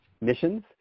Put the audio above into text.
missions